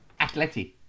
Atleti